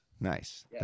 Nice